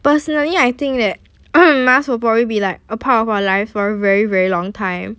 personally I think that mask will probably be like a part of our lives for a very very long time